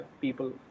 people